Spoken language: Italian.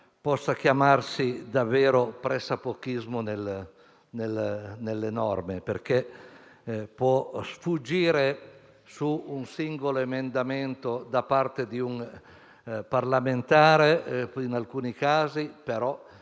possa chiamarsi davvero pressapochismo nelle norme. Può sfuggire infatti su un singolo emendamento da parte di un parlamentare in alcuni casi, però